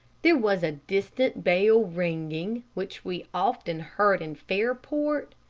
there was a distant bell ringing, which we often heard in fairport,